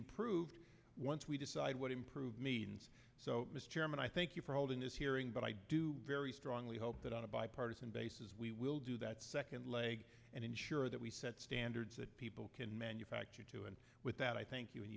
improved once we decide what improve means so mr chairman i thank you for holding this hearing but i do very strongly hope that on a bipartisan basis we will do that second leg and ensure that we set standards that people can manufacture to and with that i thank you and